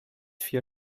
vier